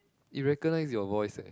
you recognise your voice eh